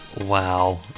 Wow